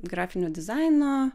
grafinio dizaino